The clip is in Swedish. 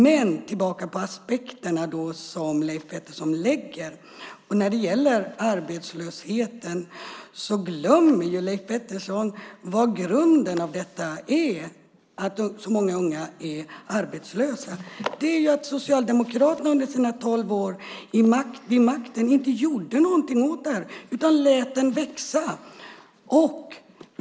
När det gäller Leif Petterssons aspekter på arbetslösheten glömmer Leif Pettersson vad som är grunden till att så många unga är arbetslösa. Det är att Socialdemokraterna under sina tolv år vid makten inte gjorde något åt den utan lät den växa.